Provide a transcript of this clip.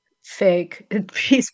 fake